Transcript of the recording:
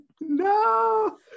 no